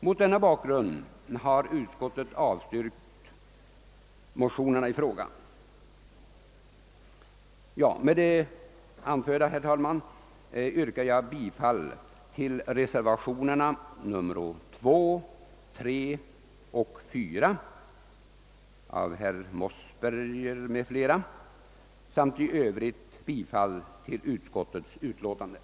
Mot denna bakgrund har utskottet avstyrkt motionerna i fråga. Med det anförda yrkar jag, herr talman, bifall till reservationerna 2, 3 och 4 av herr Mossberger m.fl. samt i övrigt bifall till utskottets hemställan.